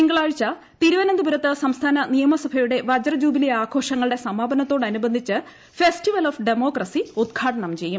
തിങ്കളാഴ്ച തിരുവനന്തപുരത്ത് സംസ്ഥാന നിയമസഭയുടെ വജ്രജൂബിലി ആഘോഷങ്ങളുടെ സമാപനത്തോടനുബന്ധിച്ച് ഫെസ്റ്റിവൽ ഓഫ് ഡമോക്രസി ഉദ്ഘാടന്റും ചെയ്യും